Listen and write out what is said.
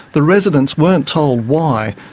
the residents weren't told why,